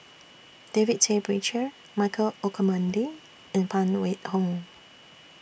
David Tay Poey Cher Michael Olcomendy and Phan Wait Hong